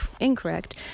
incorrect